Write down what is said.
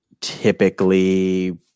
typically